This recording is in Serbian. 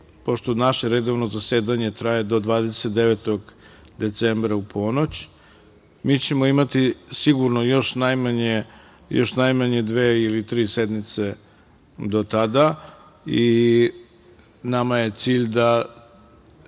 pošto naše redovno zasedanje traje do 29. decembra u ponoć, mi ćemo imati još najmanje dve ili tri sednice do tada i nama je cilj da